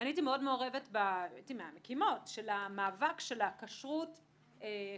הייתי מהמקימות של המאבק של הכשרות האלטרנטיבית,